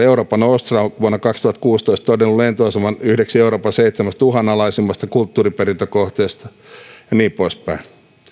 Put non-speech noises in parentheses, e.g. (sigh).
(unintelligible) europa nostra on vuonna kaksituhattakuusitoista todennut lentoaseman yhdeksi euroopan seitsemästä uhanalaisimmasta kulttuuriperintökohteesta ja niin poispäin